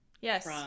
yes